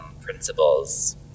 principles